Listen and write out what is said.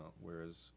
Whereas